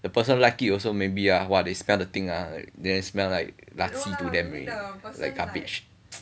the person like it also maybe ah !wah! they smell the thing ah they smell like 垃圾 to them already like garbage